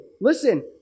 listen